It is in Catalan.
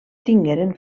tingueren